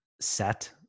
set